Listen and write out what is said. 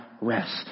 rest